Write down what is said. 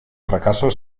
fracaso